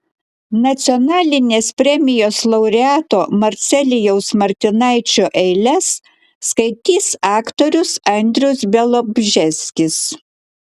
nacionalinės premijos laureato marcelijaus martinaičio eiles skaitys aktorius andrius bialobžeskis